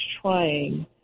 trying